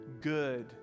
good